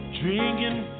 drinking